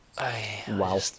Wow